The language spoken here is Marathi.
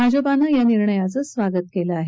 भाजपानं या निर्णयाचं स्वागत केलं आहे